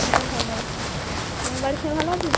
হ্যাঁ ভালো আছি তোমার বাড়ির সবাই ভালো আছে